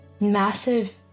massive